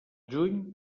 juny